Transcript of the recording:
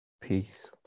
peace